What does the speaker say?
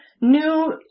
new